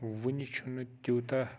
وُنہِ چھُنہٕ تیوٗتاہ